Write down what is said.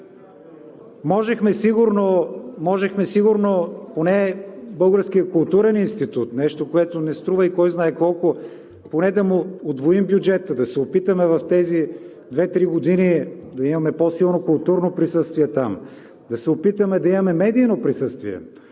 културен институт, нещо, което не струва и кой знае колко – поне да му удвоим бюджета, да се опитаме в тези две-три години да имаме по-силно културно присъствие там, да се опитаме да имаме медийно присъствие